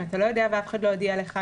אם לא ידעת ואף אחד לא הודיע לך,